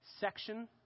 section